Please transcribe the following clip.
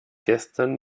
gestern